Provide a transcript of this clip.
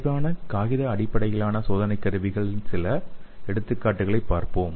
விரைவான காகித அடிப்படையிலான சோதனை கருவிகளின் சில எடுத்துக்காட்டுகளைப் பார்ப்போம்